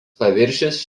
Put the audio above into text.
paviršius